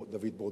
כמו דוד ברודט,